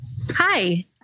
Hi